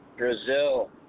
Brazil